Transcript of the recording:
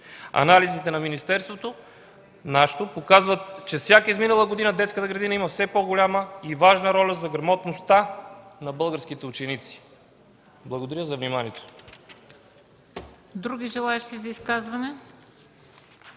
Анализите на нашето министерство показват, че с всяка изминала година детската градина има все по-голяма и важна роля за грамотността на българските ученици. Благодаря за вниманието.